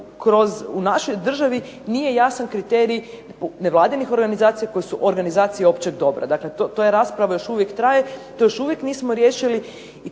u našoj državi nije jasan kriterij nevladinih organizacija koje su organizacije općeg dobra. Dakle, ta rasprava još uvijek traje. To još uvijek nismo riješili.